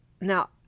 Now